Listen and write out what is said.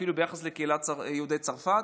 אפילו ביחס לקהילת יהודי צרפת,